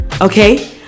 Okay